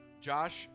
Josh